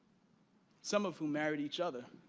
some of whom married each other.